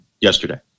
yesterday